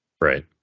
Right